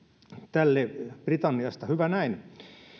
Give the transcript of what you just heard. tälle britanniasta hyvä näin